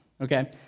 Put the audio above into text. Okay